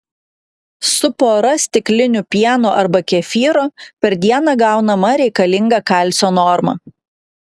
su pora stiklinių pieno arba kefyro per dieną gaunama reikalinga kalcio norma